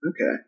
Okay